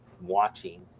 watching